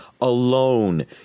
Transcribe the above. alone